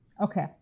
Okay